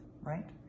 right